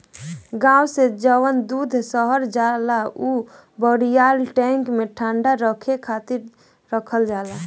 गाँव से जवन दूध शहर जाला उ बड़ियार टैंक में ठंडा रखे खातिर रखल जाला